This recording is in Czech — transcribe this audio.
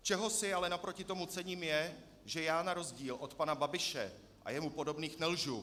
Čeho si ale naproti tomu cením, je, že já na rozdíl od pana Babiše a jemu podobných nelžu.